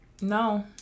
no